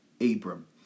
Abram